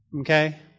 Okay